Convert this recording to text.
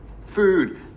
food